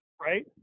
right